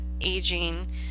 aging